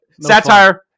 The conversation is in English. Satire